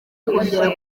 kongera